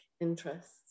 interests